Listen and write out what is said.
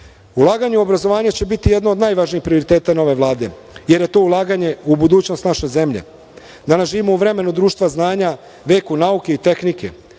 težom. Ulaganje u obrazovanje će biti jedno od najvažnijih prioriteta nove Vlade, jer je to ulaganje u budućnost naše zemlje. Danas živimo u vremenu društva znanja, veku nauke i tehnike.